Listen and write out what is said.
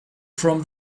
from